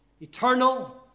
Eternal